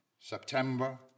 September